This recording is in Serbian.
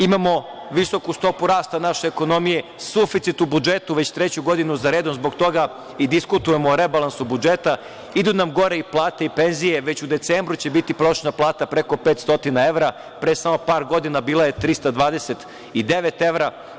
Imamo visoku stopu rasta naše ekonomije, suficit u budžetu već treću godinu za redom, zbog toga i diskutujemo o rebalansu budžeta, idu nam gore i plate i penzije, već u decembru će biti prosečna plata preko 500 evra, pre samo par godina bila je 329 evra.